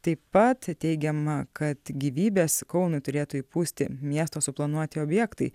taip pat teigiama kad gyvybės kaunui turėtų įpūsti miesto suplanuoti objektai